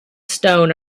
stone